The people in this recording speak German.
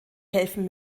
helfen